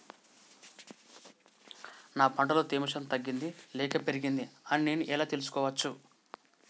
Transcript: నా పంట లో తేమ శాతం తగ్గింది లేక పెరిగింది అని నేను ఎలా తెలుసుకోవచ్చు?